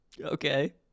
Okay